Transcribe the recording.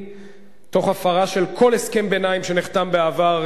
תוך הפרה של כל הסכם ביניים שנחתם בעבר,